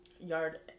yard